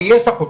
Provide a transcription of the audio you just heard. ויש לך אותה,